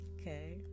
okay